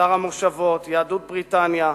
שר המושבות, יהדות בריטניה,